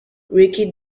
ricky